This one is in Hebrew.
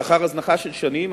לאחר הזנחה של שנים,